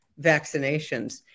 vaccinations